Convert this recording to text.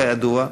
כידוע,